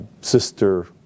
sister